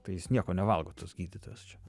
tai jis nieko nevalgo tas gydytojas čia